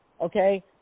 okay